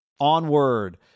Onward